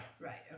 right